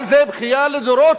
אבל זו בכייה לדורות,